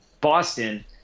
Boston